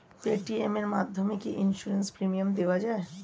Paytm এর মাধ্যমে কি ইন্সুরেন্স প্রিমিয়াম দেওয়া যায়?